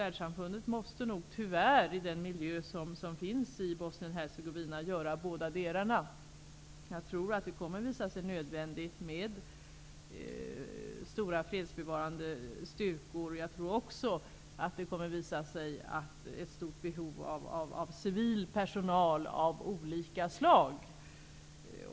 Världssamfundet måste nog tyvärr i den miljö som finns i Bosnien-Hercegovina göra båda delarna. Jag tror att det kommer att visa sig nödvändigt med stora fredsbevarande styrkor. Jag tror också att det kommer att visa sig finnas ett stort behov av civil personal av olika slag.